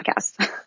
podcast